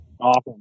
Awesome